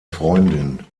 freundin